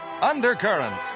Undercurrent